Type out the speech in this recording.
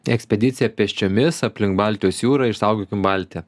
ekspedicija pėsčiomis aplink baltijos jūrą išsaugokim baltiją